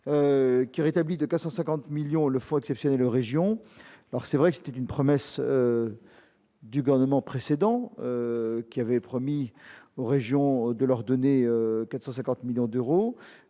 qui rétablit de 450 millions le foie exceptionnelle région alors c'est vrai que ce qui, d'une promesse. Du gouvernement précédent, qui avait promis aux régions de leur donner 450 millions d'euros